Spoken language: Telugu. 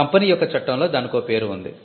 కంపెనీ యొక్క చట్టంలో దానికో పేరు ఉంది